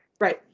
Right